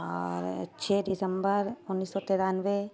اور چھ دسمبر انیس سو ترانوے